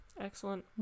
excellent